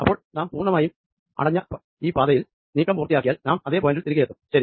അപ്പോൾ നാം ഈ പൂർണമായും അടഞ്ഞ പാതയിൽ നീക്കം പൂർത്തിയാക്കിയാൽ നാം അതെ പോയിന്റിൽ തിരികെയെത്തും ശരി